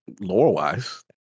lore-wise